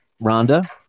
Rhonda